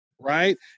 right